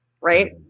Right